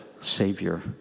savior